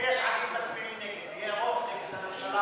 אם יש עתיד מצביעים נגד ויהיה רוב נגד הממשלה,